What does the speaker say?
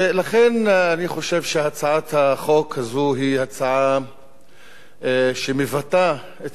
לכן אני חושב שהצעת החוק הזאת היא הצעה שמבטאת את